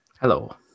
Hello